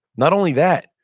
not only that,